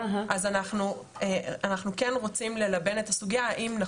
אז אנחנו כן רוצים ללבן את הסוגייה של האם זה